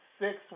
Six